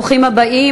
ברוכים הבאים,